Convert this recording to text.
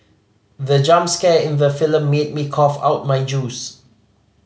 the jump scare in the film made me cough out my juice